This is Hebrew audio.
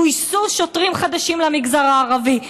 גויסו שוטרים חדשים למגזר הערבי.